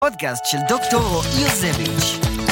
פודקאסט של דוקטור יוזביץ׳